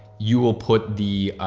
you will put the